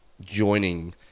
joining